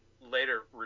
later